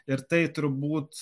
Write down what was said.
ir tai turbūt